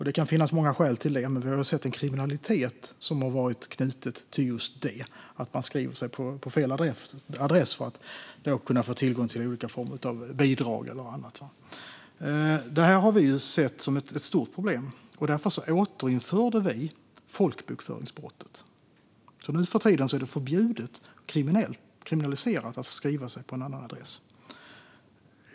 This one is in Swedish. Det kan finnas många skäl till detta, men vi har sett en kriminalitet som har varit knuten just till att man skriver sig på fel adress för att kunna få tillgång till olika former av bidrag eller annat. Detta har vi sett som ett stort problem, och därför återinförde vi folkbokföringsbrottet. Nu för tiden är det förbjudet, kriminaliserat, att skriva sig på en annan adress.